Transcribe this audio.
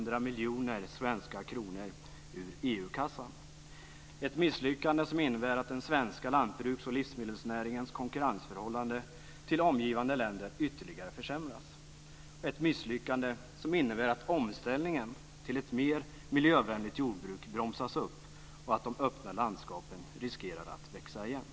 Det är ett misslyckande som innebär att den svenska lantbruks och livsmedelsnäringens konkurrensförhållande till omgivande länder ytterligare försämras. Det är ett misslyckande som innebär att omställningen till ett mer miljövänligt jordbruk bromsas upp och att de öppna landskapen riskerar att växa igen.